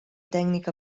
tècnica